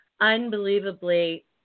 Unbelievably